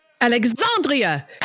Alexandria